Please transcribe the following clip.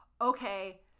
okay